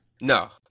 No